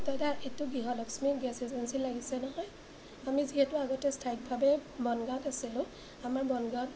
দাদা এইটো গৃহলক্ষ্মী গেছ এজেঞ্চিত লাগিছে নহয় আমি যিহেতু আগতে স্থায়ীকভাৱে বনগাঁৱত আছিলোঁ আমাৰ বনগাঁৱত